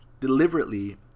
deliberately